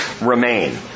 remain